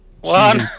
One